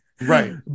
Right